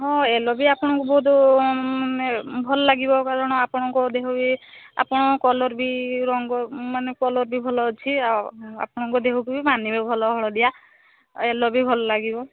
ହଁ ୟେଲୋ ବି ଆପଣଙ୍କୁ ବହୁତ ମାନେ ଭଲଲାଗିବ କାରଣ ଆପଣଙ୍କ ଦେହ ଇଏ ଆପଣଙ୍କ କଲର୍ ବି ରଙ୍ଗ ମାନେ କଲର୍ ବି ଭଲ ଅଛି ଆଉ ଆପଣଙ୍କ ଦେହକୁ ବି ମାନିବ ଭଲ ହଳଦିଆ ୟେଲୋ ବି ଭଲ ଲାଗିବ